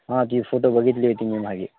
हां ती फोटो बघितले होते मी मागे